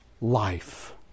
life